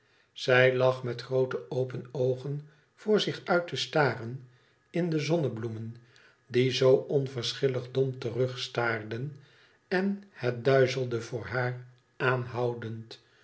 zij lag met groote open oogen voor zich uit te staren in de zonnebloemen die zoo onverschillig dom terug staarden en het duizelde voor haar aanhoudend